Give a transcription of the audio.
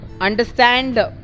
understand